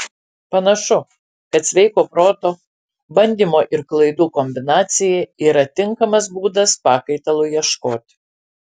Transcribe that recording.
panašu kad sveiko proto bandymo ir klaidų kombinacija yra tinkamas būdas pakaitalui ieškoti